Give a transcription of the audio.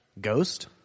Ghost